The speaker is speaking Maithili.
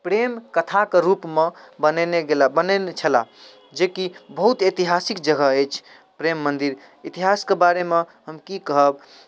प्रेम कथाके रूपमे बनेने गेला बनेने छला जेकी बहुत ऐतहासिक जगह अछि प्रेम मन्दिर इतिहासके बारेमे हम की कहब